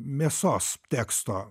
mėsos teksto